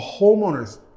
homeowner's